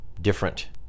different